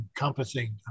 encompassing